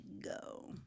go